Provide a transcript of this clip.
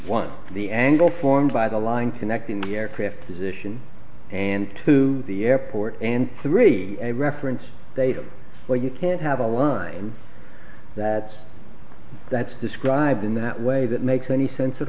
of the angle formed by the line connecting the aircraft is ition and to the airport and three reference data but you can't have a line that that's described in that way that makes any sense at